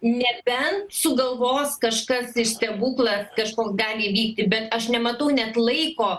nebent sugalvos kažkas iš stebuklą kažkoks gali įvykti bet aš nematau net laiko